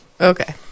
Okay